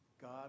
God